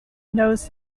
knows